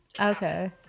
Okay